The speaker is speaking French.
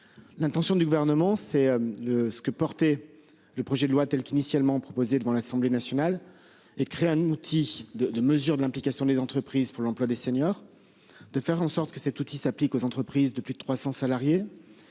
L'intention du gouvernement, c'est le ce que porter le projet de loi, telle qu'initialement proposé devant l'Assemblée nationale et créent un outil de mesure de l'implication des entreprises pour l'emploi des seniors. De faire en sorte que cet outil s'applique aux entreprises de plus de 300 salariés.